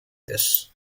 this